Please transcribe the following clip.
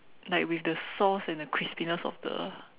like with the sauce and the crispiness of the